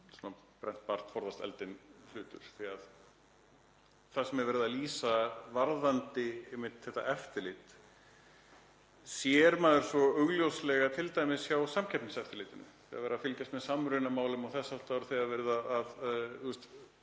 „brennt barn forðast eldinn“ því að það sem er verið að lýsa varðandi þetta eftirlit sér maður svo augljóslega t.d. hjá Samkeppniseftirlitinu þegar verið er að fylgjast með samrunamálum og þess háttar. Þegar verið er að